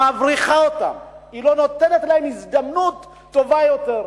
מבריחה אותם ולא נותנת להם הזדמנות טובה יותר.